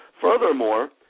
Furthermore